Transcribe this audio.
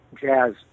jazz